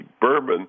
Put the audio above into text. Bourbon